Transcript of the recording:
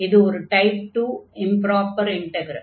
இது ஒரு type 2 improper integral